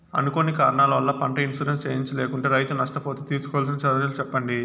అనుకోని కారణాల వల్ల, పంట ఇన్సూరెన్సు చేయించలేకుంటే, రైతు నష్ట పోతే తీసుకోవాల్సిన చర్యలు సెప్పండి?